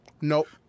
Nope